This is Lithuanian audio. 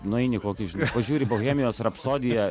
nueini į kokį žinai pažiūri bohemijos rapsodiją